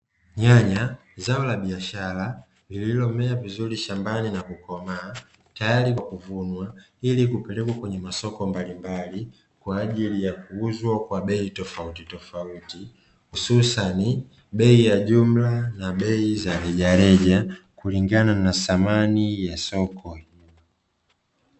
Nyanya; zao la biashara lililomea vizuri shambani na kukomaa, tayari kwa kuvunwa ili kupelekwa kwenye masoko mbalimbali kwa ajili ya kuuzwa kwa bei tofautitofauti, hususani bei ya jumla na bei za rejareja kulingana na thamani ya soko.